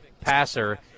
passer